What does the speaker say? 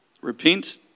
Repent